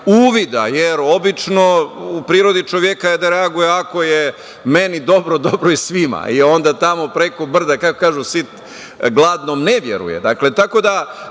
uvida, jer obično u prirodi čoveka je da reaguje ako je meni dobro, dobro je i svima. Onda tamo preko brda, kako kažu, sit gladnom ne veruje. Tako da